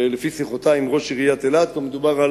ולפי שיחותי עם ראש עיריית אילת המדובר על